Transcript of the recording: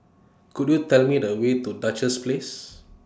Could YOU Tell Me The Way to Duchess Place